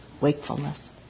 wakefulness